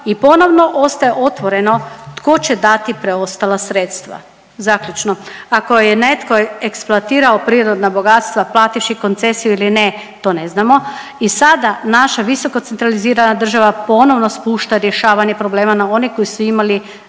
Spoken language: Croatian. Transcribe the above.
i ponovno ostaje otvoreno tko će dati preostala sredstva. Zaključno. Ako je netko eksploatirao prirodna bogatstva plativši koncesiju ili ne to ne znamo i sada naša visoko centralizirana država ponovno spušta rješavanje problema na one koji su imali